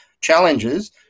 challenges